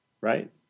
right